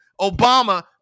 Obama